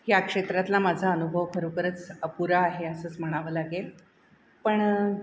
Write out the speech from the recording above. या क्षेत्रातला माझा अनुभव भरोखरच अपुरा आहे असंच म्हणावं लागेल पण